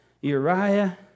Uriah